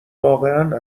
واقعا